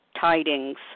tidings